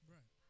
Right